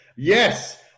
Yes